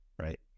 right